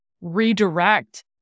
redirect